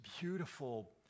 beautiful